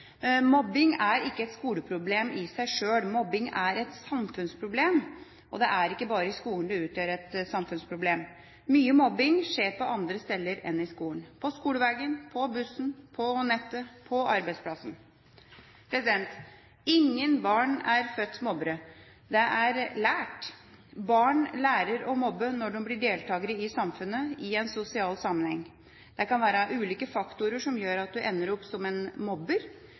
Mobbing er ikke et skoleproblem i seg sjøl. Mobbing er et samfunnsproblem, og det er ikke bare i skolen det utgjør et samfunnsproblem. Mye mobbing skjer andre steder enn i skolen – på skoleveien, på bussen, på nettet og på arbeidsplassen. Ingen barn er født mobbere. Det er lært. Barn lærer å mobbe når de blir deltakere i samfunnet i en sosial sammenheng. Det kan være ulike faktorer som gjør at du ender opp som en mobber,